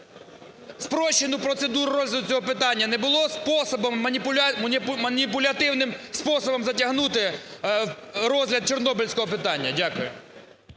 спрощену процедуру розгляду цього питання не було способом, маніпулятивним способом затягнути розгляд чорнобильського питання? Дякую.